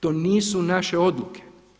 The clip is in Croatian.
To nisu naše odluke.